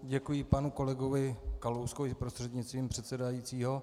Děkuji panu kolegovi Kalouskovi prostřednictvím předsedajícího.